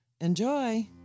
Enjoy